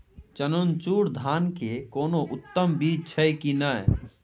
चननचूर धान के कोनो उन्नत बीज छै कि नय?